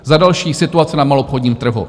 Za další situace na maloobchodním trhu.